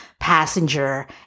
passenger